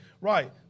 right